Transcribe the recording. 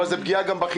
אבל זה גם פגיעה בחינוך,